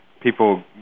people